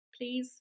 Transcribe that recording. please